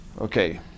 Okay